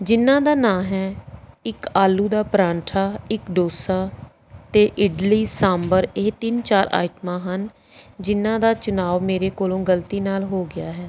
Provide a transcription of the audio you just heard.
ਜਿਹਨਾਂ ਦਾ ਨਾਂ ਹੈ ਇੱਕ ਆਲੂ ਦਾ ਪਰਾਂਠਾ ਇੱਕ ਡੋਸਾ ਅਤੇ ਇਡਲੀ ਸਾਂਬਰ ਇਹ ਤਿੰਨ ਚਾਰ ਆਇਟਮਾਂ ਹਨ ਜਿਹਨਾਂ ਦਾ ਚੁਣਾਵ ਮੇਰੇ ਕੋਲੋਂ ਗਲਤੀ ਨਾਲ ਹੋ ਗਿਆ ਹੈ